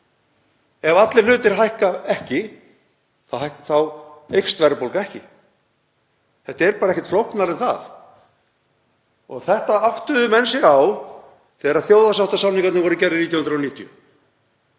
Ef engir hlutir hækka þá eykst verðbólga ekki. Þetta er bara ekkert flóknara en það og þessu áttuðu menn sig á þegar þjóðarsáttarsamningarnir voru gerðir 1990.